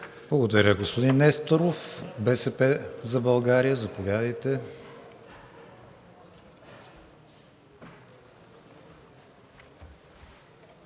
Благодаря, господин Несторов. От „БСП за България“ – заповядайте.